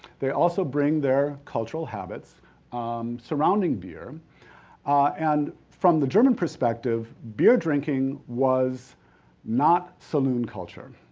they also bring their cultural habits surrounding beer and from the german perspective, beer drinking was not saloon culture.